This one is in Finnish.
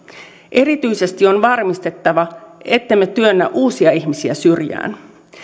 erityisesti on varmistettava ettemme työnnä uusia ihmisiä syrjään